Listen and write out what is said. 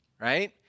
right